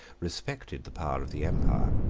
respected the power of the empire,